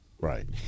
right